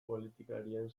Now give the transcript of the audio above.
politikarien